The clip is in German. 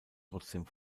trotzdem